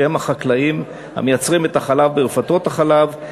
שהם החקלאים המייצרים את החלב ברפתות החלב,